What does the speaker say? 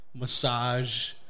Massage